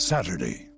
Saturday